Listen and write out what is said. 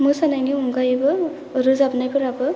मोसानायनि अनगायैबो रोजाबनायफोराबो